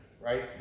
right